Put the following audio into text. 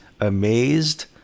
amazed